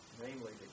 Namely